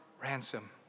ransom